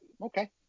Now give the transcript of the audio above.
Okay